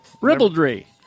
Ribaldry